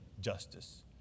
justice